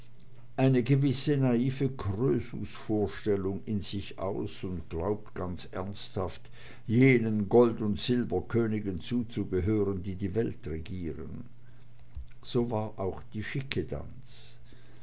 eine gewisse naive krösusvorstellung in sich aus und glaubt ganz ernsthaft jenen gold und silberkönigen zuzugehören die die welt regieren so war auch die